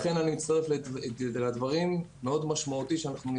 לכן אני מצטרף לדברים שנאמרו כאן וחשוב